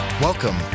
Welcome